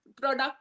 product